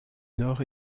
nord